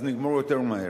אז נגמור יותר מהר.